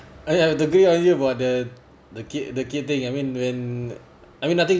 !aiya! on you about the the kid the kid thing I mean when I mean nothing